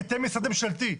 כי אתם משרד ממשלתי.